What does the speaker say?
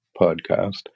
podcast